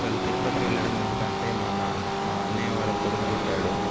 అసలు తిరుపతి వెళ్ళడం ఎందుకంటే మా నాన్న మా అన్నయ్య వాళ్ళ కొడుకు పుట్టాడు